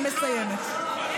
בושה.